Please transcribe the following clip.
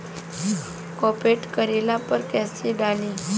Pocket करेला पर कैसे डाली?